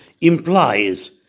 implies